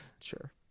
sure